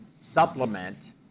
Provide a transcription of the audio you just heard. supplement